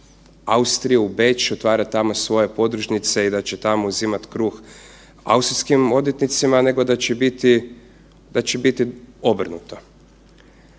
u Austriju u Beč otvarati tamo svoje podružnice i da će tamo uzimati kruh austrijskim odvjetnicima nego da će biti obrnuto.